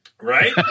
right